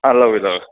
ꯑꯥ ꯂꯧꯏ ꯂꯧꯏ